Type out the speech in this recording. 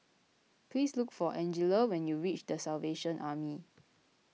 please look for Angella when you reach the Salvation Army